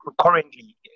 currently